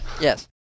Yes